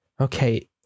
Okay